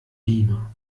lima